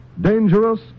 dangerous